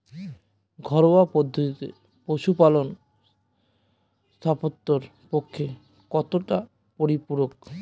ঘরোয়া পদ্ধতিতে পশুপালন স্বাস্থ্যের পক্ষে কতটা পরিপূরক?